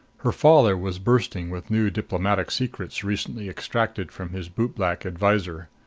her father was bursting with new diplomatic secrets recently extracted from his bootblack adviser.